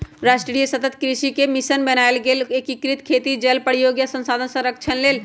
राष्ट्रीय सतत कृषि मिशन बनाएल गेल एकीकृत खेती जल प्रयोग आ संसाधन संरक्षण लेल